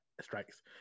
strikes